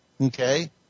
Okay